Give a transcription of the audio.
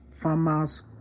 farmers